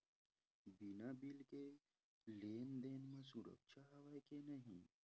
बिना बिल के लेन देन म सुरक्षा हवय के नहीं?